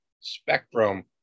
spectrum